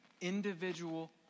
individual